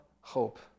hope